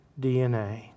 DNA